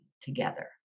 together